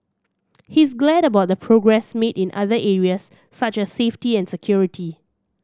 he's glad about the progress made in other areas such as safety and security